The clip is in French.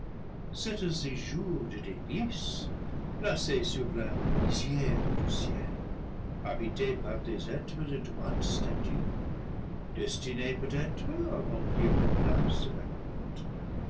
c'est un séjour de délices placé sur la lisière du ciel habité par des êtres de droite stature destinés peut-être à remplir nos places vacantes